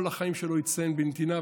כל החיים שלו הצטיין בנתינה,